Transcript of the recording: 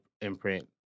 imprint